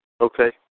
Okay